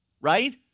right